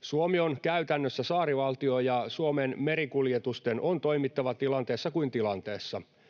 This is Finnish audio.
Suomi on käytännössä saarivaltio, ja Suomen merikuljetusten on toimittava tilanteessa kuin tilanteessa.